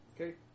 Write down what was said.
Okay